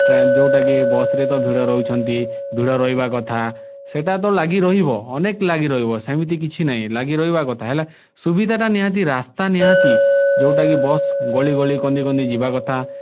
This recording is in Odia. ଟ୍ରେନ ଯେଉଁଟା କି ବସ୍ରେ ତ ଭିଡ଼ ରହୁଛନ୍ତି ଭିଡ଼ ରହିବା କଥା ସେଇଟା ତ ଲାଗି ରହିବ ଅନେକ ଲାଗି ରହିବ ସେମିତି କିଛି ନାହିଁ ଲାଗି ରହିବା କଥା ହେଲେ ସୁବିଧାଟା ନିହାତି ରାସ୍ତା ନିହାତି ଯେଉଁଟା ବସ୍ ଗଳି ଗଳି କନ୍ଦି କନ୍ଦି ଯିବା କଥା